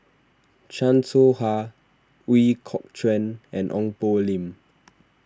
Chan Soh Ha Ooi Kok Chuen and Ong Poh Lim